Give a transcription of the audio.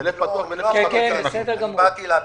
באתי להקשיב,